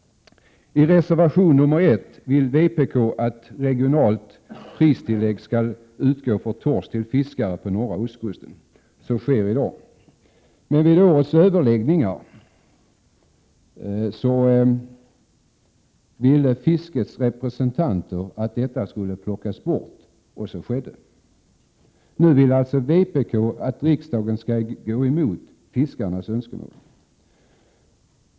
I reservation 1 vill vpk att regionalt pristillägg för torsk skall utgå till fiskare på norra ostkusten. Så sker i dag. Men vid årets överläggningar ville fiskets representanter att detta skulle plockas bort, och så skedde. Nu vill alltså vpk att riksdagen skall gå emot fiskarnas önskemål.